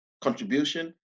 contribution